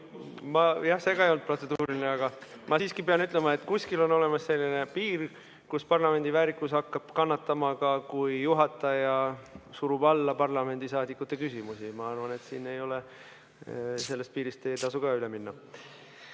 ma siiski pean ütlema, et kuskil on olemas selline piir, kus parlamendi väärikus hakkab kannatama, kui juhataja surub alla parlamendisaadikute küsimusi. Ma arvan, et sellest piirist ei tasu ka üle minna.